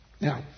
Now